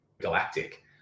galactic